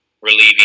relieving